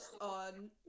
on